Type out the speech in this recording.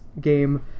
game